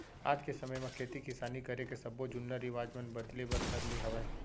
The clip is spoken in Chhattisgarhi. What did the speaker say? आज के समे म खेती किसानी करे के सब्बो जुन्ना रिवाज मन बदले बर धर ले हवय